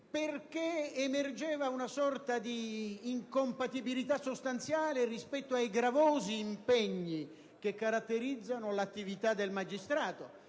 quanto emerge una sorta di incompatibilità sostanziale rispetto ai gravosi impegni che caratterizzano l'attività del magistrato.